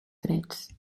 drets